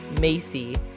Macy